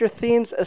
themes